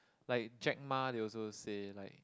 like Jack-Ma they also say like